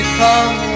come